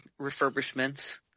refurbishments